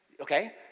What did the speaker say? Okay